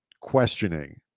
questioning